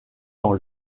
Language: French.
dans